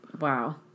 Wow